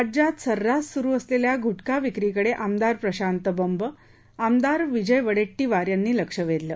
राज्यात सर्रास सुरू असलेल्या गुटखा विक्रीकडे आमदार प्रशांत बंब आमदार विजय वडेट्टीवार यांनी लक्ष वेधलं